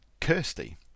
Kirsty